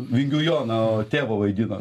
vingių joną o tėvo vaidino